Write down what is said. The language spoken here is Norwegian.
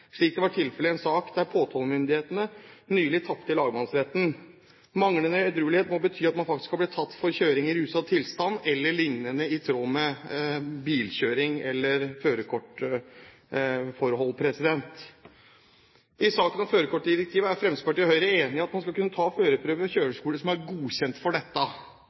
slik tilfellet var i en sak der påtalemyndighetene nylig tapte i lagmannsretten. Manglende edruelighet må bety at man faktisk blir tatt for kjøring i ruset tilstand e.l., altså forhold knyttet til bilkjøring og førerkort. I saken om førerkortdirektivet er Fremskrittspartiet og Høyre enige om at man skal kunne ta førerprøven ved kjøreskoler som er godkjent for dette.